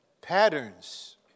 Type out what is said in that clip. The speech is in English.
Patterns